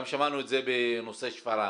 גם שמענו את זה בנושא שפרעם,